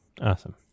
Awesome